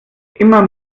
immer